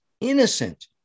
innocent